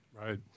Right